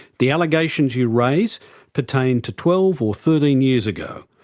the allegations you raise pertain to twelve or thirteen years ago.